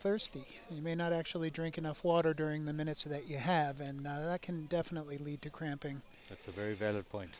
thirsty you may not actually drink enough water during the minutes that you have and that can definitely lead to cramping that's a very valid point